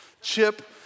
Chip